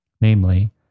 namely